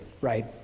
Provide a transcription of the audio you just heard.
right